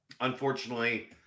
unfortunately